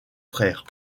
frères